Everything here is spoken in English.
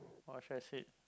or should I said